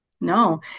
No